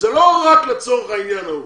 שיהיה רצף תעסוקתי.